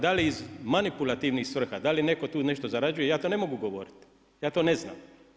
Da li iz manipulativnih svrha, da li netko tu nešto zarađuje ja to ne mogu govoriti, ja to ne znam.